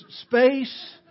space